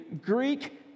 Greek